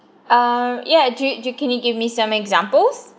uh yeah did you can you give me some examples